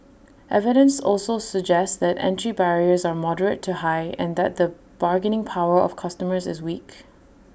evidence also suggests that entry barriers are moderate to high and that the bargaining power of customers is weak